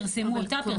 פרסמו אותה.